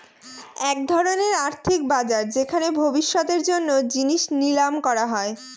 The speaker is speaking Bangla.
এক ধরনের আর্থিক বাজার যেখানে ভবিষ্যতের জন্য জিনিস নিলাম করা হয়